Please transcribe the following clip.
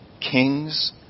kings